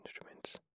instruments